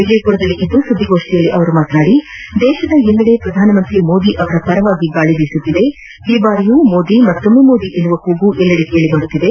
ವಿಜಯಪುರದಲ್ಲಿಂದು ಸುದ್ದಿಗೋಷ್ಠಿಯಲ್ಲಿ ಮಾತನಾಡಿದ ಅವರು ದೇಶದ ಎಲ್ಲಡೆ ಪ್ರಧಾನಮಂತ್ರಿ ಮೋದಿಯವರ ಪರ ಗಾಳಿ ಬೀಸುತ್ತಿದ್ದು ಈ ಸಲವೂ ಮೋದಿ ಮತ್ತೊಮ್ನೆ ಮೋದಿ ಎನ್ನುವ ಕೂಗು ಎಲ್ಲೆಡೆ ಕೇಳಬರುತ್ತಿದೆ